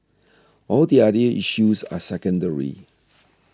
all the other issues are secondary